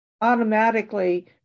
automatically